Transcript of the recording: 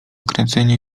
kręcenie